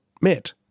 met